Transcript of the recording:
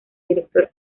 director